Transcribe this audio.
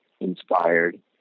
inspired